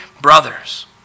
brothers